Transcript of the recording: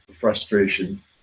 frustration